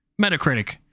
Metacritic